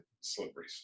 slippery